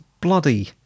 bloody